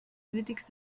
crítics